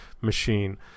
machine